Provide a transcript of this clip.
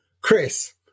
Chris